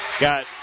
got